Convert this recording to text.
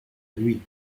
nuit